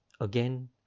again